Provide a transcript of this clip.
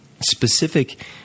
specific